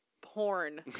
porn